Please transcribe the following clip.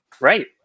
Right